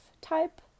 type